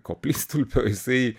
koplytstulpio jisai